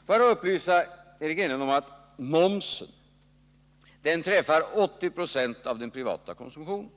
Låt mig då upplysa Eric Enlund om att om momsen träffar 80 26 av den privata konsumtionen.